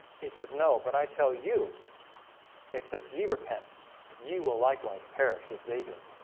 he says no, but i tell you except ye repent ye will likewise perish as they did